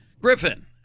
Griffin